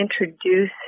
introduce